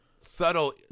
subtle